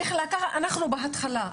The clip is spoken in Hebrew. אנחנו בהתחלה,